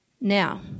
Now